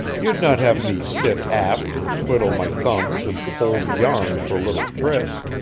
you'd not have me sit aft and twiddle my thumbs and hold yarn for little priss.